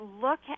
look